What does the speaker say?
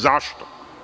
Zašto?